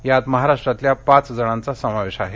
यात महाराष्ट्रातल्या पाच जणांचा समावेश आहे